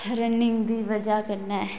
running दी बजह कन्नै